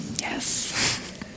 Yes